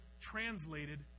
translated